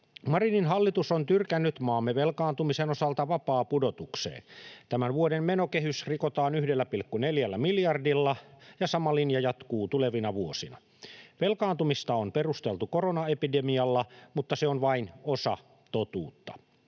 Marinin hallitus on tyrkännyt maamme velkaantumisen osalta vapaaseen pudotukseen. Tämän vuoden menokehys rikotaan 1,4 miljardilla, ja sama linja jatkuu tulevina vuosina. Velkaantumista on perusteltu koronaepidemialla, mutta se on vain osa totuutta.